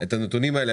את הנתונים האלה,